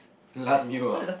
last meal ah